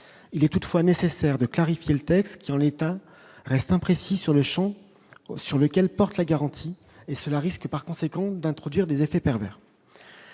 il est toutefois nécessaire de clarifier le texte sur l'État reste imprécis sur le Champ sur lequel porte la garantie et cela risque par conséquent d'introduire des effets pervers,